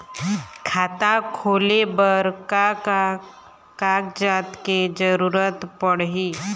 खाता खोले बर का का कागजात के जरूरत पड़ही?